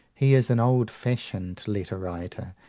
he is an old-fashioned letter-writer,